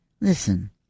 Listen